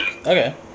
okay